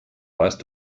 weißt